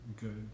good